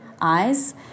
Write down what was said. eyes